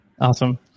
Awesome